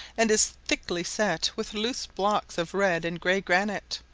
and is thickly set with loose blocks of red and grey granite,